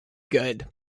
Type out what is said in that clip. good